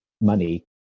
money